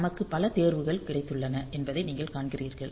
நமக்கு பல தேர்வுகள் கிடைத்துள்ளன என்பதை நீங்கள் காண்கிறீர்கள்